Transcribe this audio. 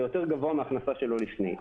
יהיה גבוה יותר מן ההכנסה שלו לפני כן.